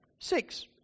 Six